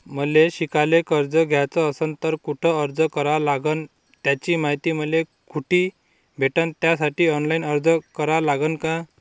मले शिकायले कर्ज घ्याच असन तर कुठ अर्ज करा लागन त्याची मायती मले कुठी भेटन त्यासाठी ऑनलाईन अर्ज करा लागन का?